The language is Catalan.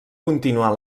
continuar